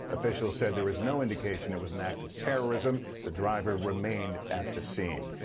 officials said there's no indication it was an act of terrorism. the driver remained at the scene.